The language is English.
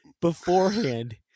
beforehand